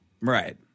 Right